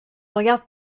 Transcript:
regarde